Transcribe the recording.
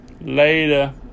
Later